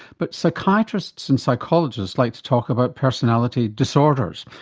but psychiatrists and psychologists like to talk about personality disorders,